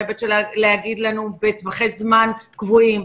בהיבט של להגיד לנו בטווחי זמן קבועים,